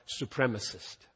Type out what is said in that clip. supremacist